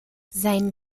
sein